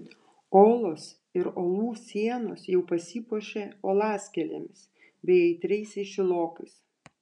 olos ir uolų sienos jau pasipuošė uolaskėlėmis bei aitriaisiais šilokais